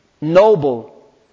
noble